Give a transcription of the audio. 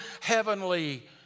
heavenly